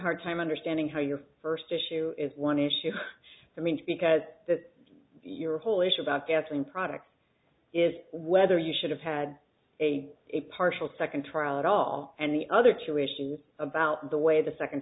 hard time understanding how your first issue is one issue i mean because your whole issue about getting product is whether you should have had a partial second trial at all and the other two issues about the way the second